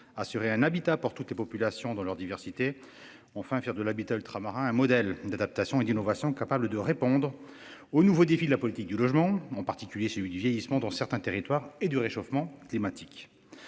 assurer un habitat pour toutes les populations dans leur diversité ont enfin faire de l'habitat ultramarins un modèle d'adaptation et d'innovation capable de répondre aux nouveaux défis de la politique du logement en particulier celui du vieillissement dans certains territoires et du réchauffement climatique.